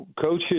coaches